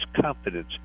confidence